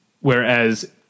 whereas